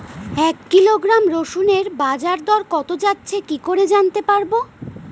এক কিলোগ্রাম রসুনের বাজার দর কত যাচ্ছে কি করে জানতে পারবো?